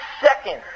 second